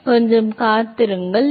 மாணவர் கொஞ்சம் காத்திருங்கள் கேளுங்கள்